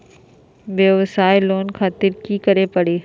वयवसाय लोन खातिर की करे परी?